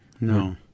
No